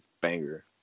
Banger